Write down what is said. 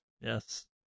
Yes